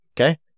okay